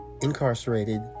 incarcerated